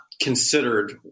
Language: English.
considered